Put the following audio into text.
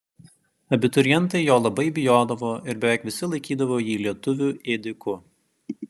abiturientai jo labai bijodavo ir beveik visi laikydavo jį lietuvių ėdiku